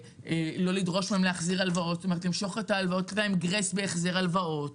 לדרוש מהם להחזיר הלוואות ולתת להם גרייס בהמשך הלוואות.